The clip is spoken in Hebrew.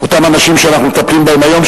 אותם אנשים שאנחנו מטפלים בהם היום,